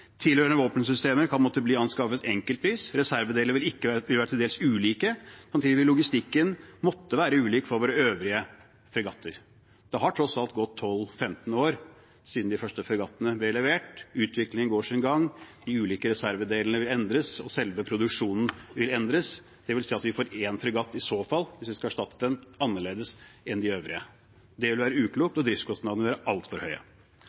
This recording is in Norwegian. tilhørende våpensystemer kan måtte bli anskaffet enkeltvis, reservedeler vil være til dels ulike. Samtidig vil logistikken måtte være ulik fra våre øvrige fregatter. Det har tross alt gått 12–15 år siden de første fregattene ble levert, utviklingen går sin gang, de ulike reservedelene vil endres, og selve produksjonen vil endres. Det vil si at vi får én fregatt i så fall, hvis vi skal erstatte den annerledes enn de øvrige. Det vil være uklokt og driftskostnadene vil være altfor høye.